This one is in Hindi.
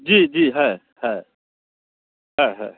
जी जी है है है है